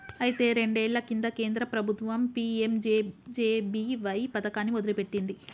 అయితే రెండేళ్ల కింద కేంద్ర ప్రభుత్వం పీ.ఎం.జే.జే.బి.వై పథకాన్ని మొదలుపెట్టింది